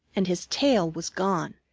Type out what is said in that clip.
and his tail was gone.